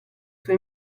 suo